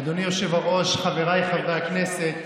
אדוני היושב-ראש, חבריי חברי הכנסת,